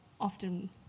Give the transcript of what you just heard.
Often